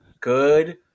good